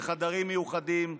בחדרים מיוחדים,